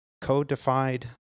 codified